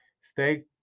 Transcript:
Stay